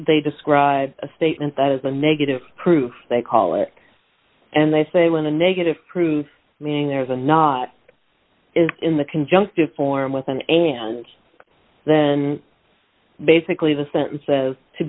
they describe a statement that is a negative proof they call it and they say when a negative proof meaning there is a not in the conjunctive form within and then basically the sentences to